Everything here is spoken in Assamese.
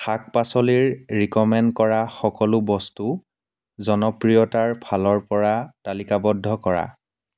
শাক পাচলিৰ ৰিক'মেণ্ড কৰা সকলো বস্তু জনপ্ৰিয়তাৰ ফালৰ পৰা তালিকাবদ্ধ কৰা